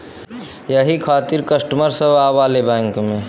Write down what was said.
यही खातिन कस्टमर सब आवा ले बैंक मे?